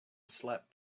slept